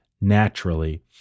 naturally